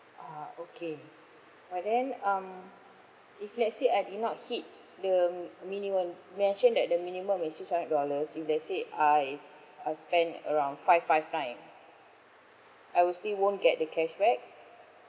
ah okay but then um if let's say I did not hit the minimum you mentioned that the minimum is six hundred dollars if let's say I I spend around five five nine I will still won't get the cashback